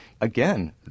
again